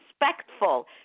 respectful